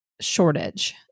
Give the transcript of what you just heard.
shortage